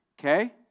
okay